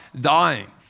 dying